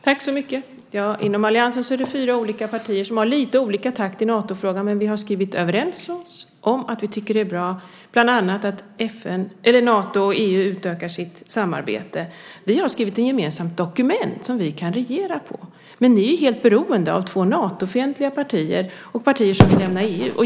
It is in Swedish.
Fru talman! Inom alliansen är det fyra olika partier som har lite olika takt i Natofrågan, men vi har skrivit ihop oss om att vi tycker att det bland annat är bra att Nato och EU utökar sitt samarbete. Vi har skrivit ett gemensamt dokument som vi kan regera på, men ni är helt beroende av två Natofientliga partier, partier som vill lämna EU.